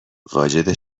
واجد